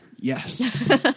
Yes